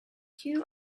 two